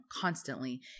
constantly